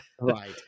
right